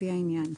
לפי העניין.